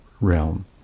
realm